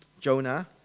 Jonah